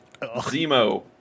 Zemo